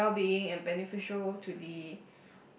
to my wellbeing and beneficial to the